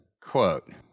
Quote